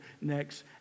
next